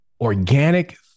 organic